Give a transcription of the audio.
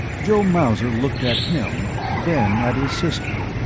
joe mauser looked at him, then at his sister,